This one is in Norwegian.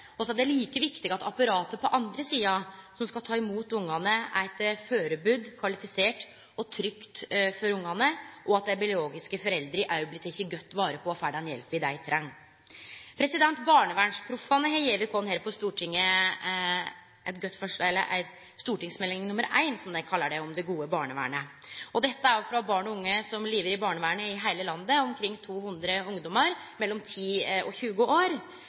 er like viktig at apparatet på den andre sida – dei som skal ta imot barna – er førebudd, kvalifisert og trygt for barna, og at dei biologiske foreldra òg blir tekne godt vare på og får den hjelpa dei treng. Barnevernsproffane har gitt oss «Stortingsmelding 1: Det gode barnevernet», som dei kallar det. Dette er erfaringar frå barn og unge i heile landet som lever under barnevernet, omkring 200 ungdommar mellom 10 og 20 år.